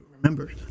remember